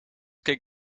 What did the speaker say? keek